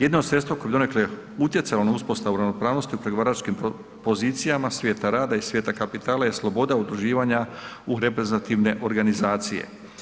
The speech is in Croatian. Jedno od sredstva koje bi donekle utjecalo na uspostavu ravnopravnosti u pregovaračkim pozicijama, svijeta rada i svijeta kapitala je sloboda udruživanja u reprezentativne organizacije.